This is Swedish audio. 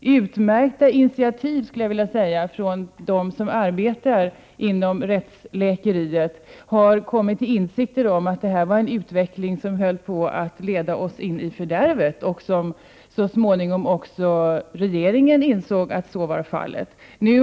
utmärkta initiativ av sådana som arbetar på rättsläkarområdet har man kommit till insikt om att utvecklingen höll på att leda oss in i fördärvet. Så småningom insåg också regeringen att så var fallet.